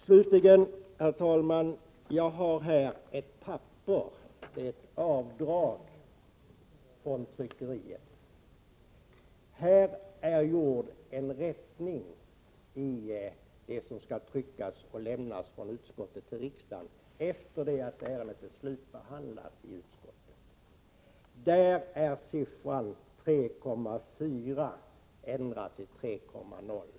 Slutligen, herr talman, vill jag säga att jag här har ett avdrag av det manuskript som lämnats till tryckeriet. På detta är en rättning införd i det som skall tryckas och lämnas från utskottet till riksdagen efter det att ärendet slutbehandlats i utskottet. Där är siffran 3,4 ändrad till 3,0.